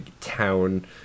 town